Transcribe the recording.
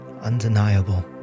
undeniable